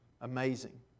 Amazing